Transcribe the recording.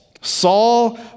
Saul